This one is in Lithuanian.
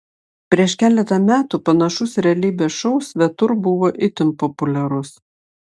prieš keletą metų panašus realybės šou svetur buvo itin populiarus